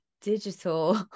digital